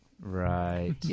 Right